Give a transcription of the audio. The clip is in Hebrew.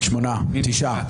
מי נמנע?